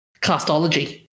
Castology